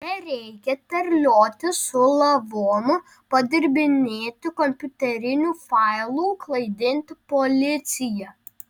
nereikia terliotis su lavonu padirbinėti kompiuterinių failų klaidinti policiją